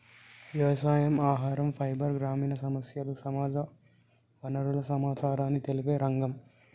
వ్యవసాయం, ఆహరం, ఫైబర్, గ్రామీణ సమస్యలు, సహజ వనరుల సమచారాన్ని తెలిపే రంగం